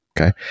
okay